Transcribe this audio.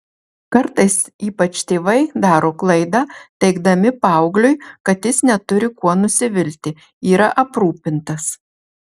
kartais ypač tėvai daro klaidą teigdami paaugliui kad jis neturi kuo nusivilti yra aprūpintas